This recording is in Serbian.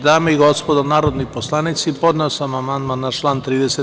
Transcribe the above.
Dame i gospodo narodni poslanici, podneo sam amandman na član 30.